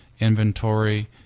Inventory